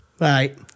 Right